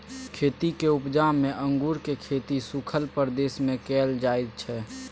खेतीक उपजा मे अंगुरक खेती सुखल प्रदेश मे कएल जाइ छै